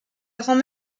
grand